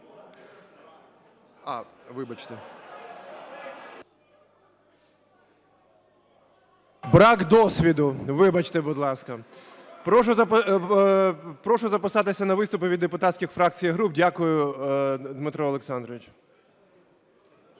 брак досвіду. Вибачте, будь ласка. Прошу записатися на виступи від депутатських фракцій і груп. Дякую, Дмитро Олександрович.